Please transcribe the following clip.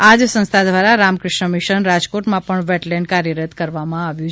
આ જ સંસ્થા દ્વારા રામકૃષ્ણ મિશન રાજકોટમાં પણ વેટલેન્ડ કાર્યરત કરવામાં આવ્યુ છે